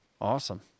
Awesome